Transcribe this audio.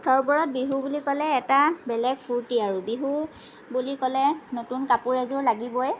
মুঠৰ ওপৰত বিহু বুলি ক'লে এটা বেলেগ ফুৰ্তি আৰু বিহু বুলি ক'লে নতুন কাপোৰ এযোৰ লাগিবই